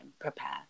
prepare